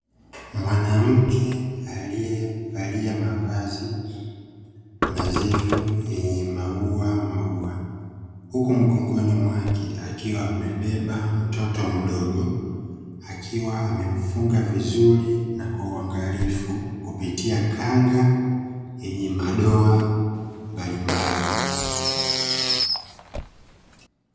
Mwanamke aliyevalia mavazi nadhifu yenye mauamaua, huku mgongoni mwake akiwa amebeba mtoto mdogo akiwa amemfunga vizuri na kwa uangalifu kupitia kanga yenye madoa mbalimbali.